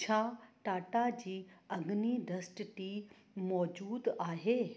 छा टाटा जी Agni dust tea मौजूदु आहे